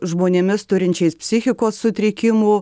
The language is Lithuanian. žmonėmis turinčiais psichikos sutrikimų